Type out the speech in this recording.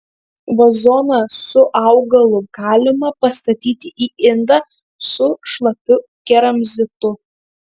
vazoną su augalu galima pastatyti į indą su šlapiu keramzitu